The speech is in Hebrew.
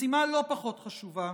משימה לא פחות חשובה